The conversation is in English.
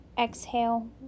Exhale